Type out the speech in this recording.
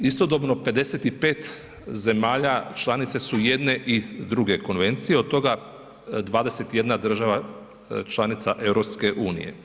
Istodobno 55 zemalja članice su i jedne i druge konvencije, od toga 21 država članica EU.